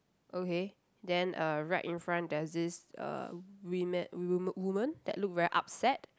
okay then uh right in front there's this uh women wom~ woman that look very upset